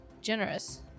generous